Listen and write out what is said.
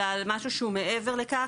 אלא על משהו שהוא מעבר לכך.